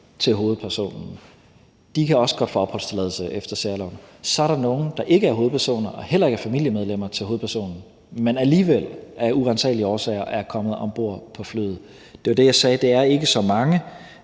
til hovedpersonen, de kan også godt få opholdstilladelse efter særloven. Så er der nogle, der ikke er hovedpersoner og heller ikke er familiemedlemmer til hovedpersonen, men alligevel af uransagelige årsager er kommet om bord på flyet. Det var det, jeg sagde. Det er ikke så mange,